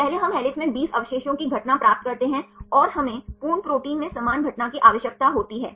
पहले हम हेलिक्स में 20 अवशेषों की घटना प्राप्त करते हैं और हमें पूर्ण प्रोटीन में समान घटना की आवश्यकता होती है